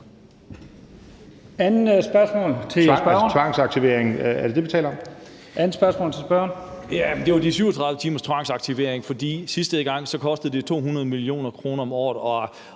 det var de 37 timers tvangsaktivering. For sidste gang kostede det 200 mio. kr. om året,